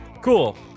Cool